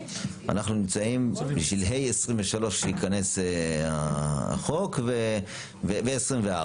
אנחנו נמצאים בשלהי 23' כשייכנס החוק ו-24',